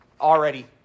already